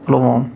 Pulwama